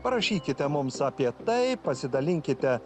parašykite mums apie tai pasidalinkite